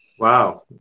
Wow